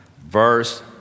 verse